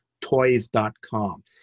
Toys.com